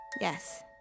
Yes